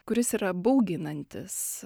kuris yra bauginantis